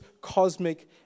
cosmic